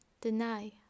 deny